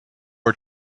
are